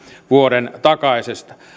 vuoden takaisesta